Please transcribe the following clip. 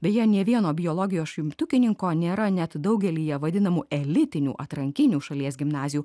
beje nė vieno biologijos šimtukininko nėra net daugelyje vadinamų elitinių atrankinių šalies gimnazijų